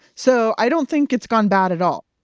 so i don't think it's gone bad at all.